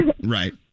Right